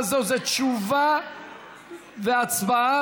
שימו לב, גם להצעה זאת, זאת תשובה והצבעה בלבד.